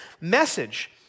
message